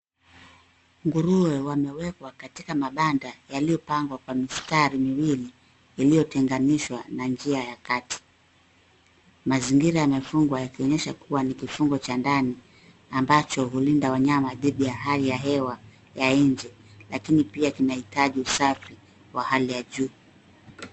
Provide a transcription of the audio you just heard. Nguruwe wamewekwa katika mabanda yaliyopangwa kwa mistari miwili iliyotenganishwa na njia ya kati. Mazingira yamefungwa yakionyesha kuwa ni kifungo cha ndani ambacho hulinda wanyama dhidi ya hali ya hewa ya nje lakini pia kinahitaji usafi wa hali ya juu.